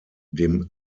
dem